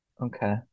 Okay